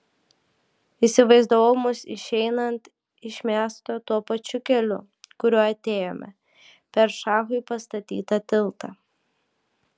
įsivaizdavau mus išeinant iš miesto tuo pačiu keliu kuriuo atėjome per šachui pastatytą tiltą